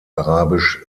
arabisch